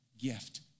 gift